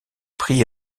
pris